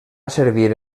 servir